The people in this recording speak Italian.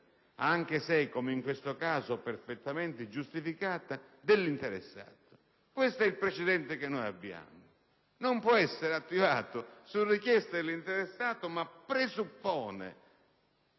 anche se, come in questo caso, perfettamente giustificata - dell'interessato». Questo è il precedente che abbiamo. Tale procedura non può essere attivata su richiesta dell'interessato, ma presuppone,